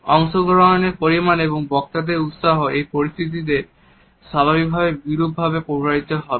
অংশগ্রহণের পরিমাণ এবং বক্তাদের উৎসাহ এই পরিস্থিতিতে স্বাভাবিক ভাবেই বিরূপভাবে প্রভাবিত হবে